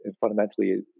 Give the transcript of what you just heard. Fundamentally